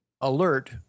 alert